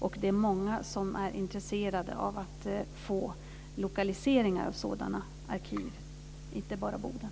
Och det är många som är intresserade av att få lokaliseringar av sådana arkiv, inte bara Boden.